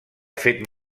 fet